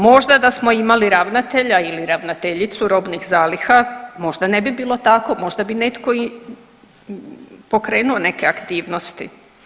Možda da smo imali ravnatelja ili ravnateljicu robnih zaliha, možda ne bi bilo tako, možda bi netko pokrenuo neke aktivnosti.